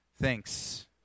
Thanks